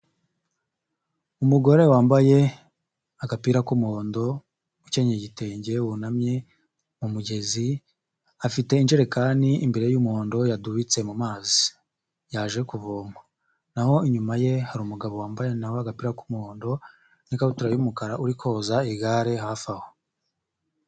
Umugore wambaye agapira k'umuhondo, ukenyeye igitenge wunamye mu mugezi, afite ijerekani imbere ye y'umuhondo yadubitse mu mazi yaje kuvoma, naho inyuma ye hari umugabo wambaye na we agapira k'umuhondo n'ikabutura y'umukara uri koza igare hafi aho.